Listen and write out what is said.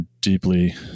deeply